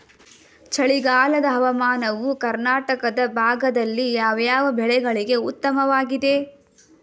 ಚಳಿಗಾಲದ ಹವಾಮಾನವು ಕರ್ನಾಟಕದ ಭಾಗದಲ್ಲಿ ಯಾವ್ಯಾವ ಬೆಳೆಗಳಿಗೆ ಉತ್ತಮವಾಗಿದೆ?